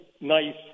nice